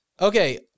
Okay